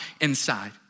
inside